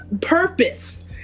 purpose